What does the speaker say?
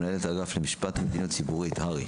מנהלת האגף למשפט ולמדיניות ציבורית בהסתדרות הרפואית,